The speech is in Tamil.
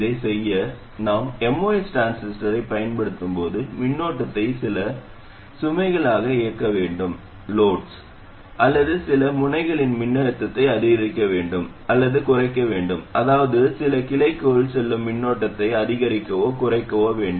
இதைச் செய்ய நாம் MOS டிரான்சிஸ்டரைப் பயன்படுத்தும்போது மின்னோட்டத்தை சில சுமைகளாக இயக்க வேண்டும் அல்லது சில முனைகளில் மின்னழுத்தத்தை அதிகரிக்க வேண்டும் அல்லது குறைக்க வேண்டும் அதாவது சில கிளைக்குள் செல்லும் மின்னோட்டத்தை அதிகரிக்கவோ குறைக்கவோ வேண்டும்